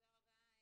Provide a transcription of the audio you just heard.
תודה רבה,